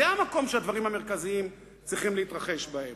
זה המקום שהדברים המרכזיים צריכים להתרחש בו.